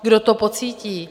Kdo to pocítí?